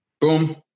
Boom